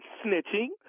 snitching